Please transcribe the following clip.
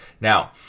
Now